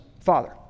father